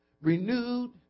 renewed